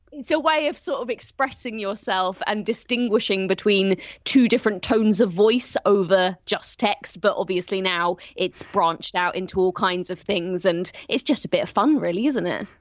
it's a way of sort so of expressing yourself and distinguishing between two different tones of voice over just text but obviously now it's branched out into all kinds of things and it's just a bit of fun really, isn't it?